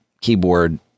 keyboard